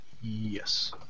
Yes